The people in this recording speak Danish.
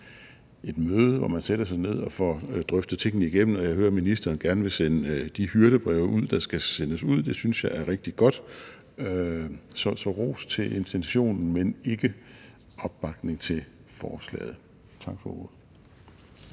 et møde, hvor man sætter sig ned og får drøftet tingene igennem, og jeg hører, at ministeren gerne vil sende de hyrdebreve ud, der skal sendes ud. Det synes jeg er rigtig godt. Så ros til intentionen, men ikke opbakning til forslaget. Tak for ordet.